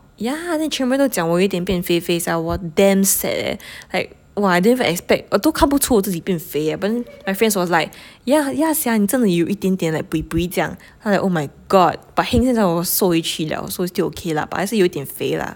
yeah then 全部人都讲我有一点变肥肥 sia 我 damn sad eh like !wah! I didn't even expect 我都看不出我自己变肥 eh but then my friends was like yeah yeah sia 你真的有一点点 pui pui 这样 I'm like oh my god but heng 现在我瘦回去 liao so it's still okay lah but 还是有一点肥 ah